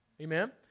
Amen